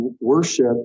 worship